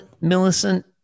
Millicent